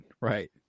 right